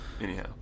Anyhow